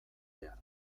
behar